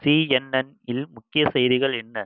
CNN இல் முக்கிய செய்திகள் என்ன